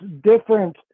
different